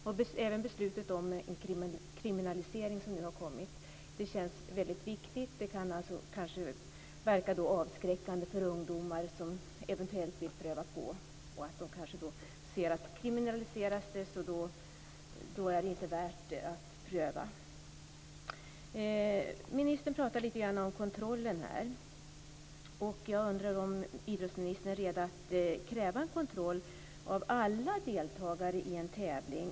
Även det beslut om kriminalisering som nu har kommit känns mycket viktigt. Det kanske kan verka avskräckande för ungdomar som eventuellt vill pröva. När de ser att det är kriminaliserat kanske de inte tycker att det är värt att pröva. Ministern pratar lite grann om kontrollen. Jag undrar om idrottsministern är redo att kräva en kontroll av alla deltagare i en tävling.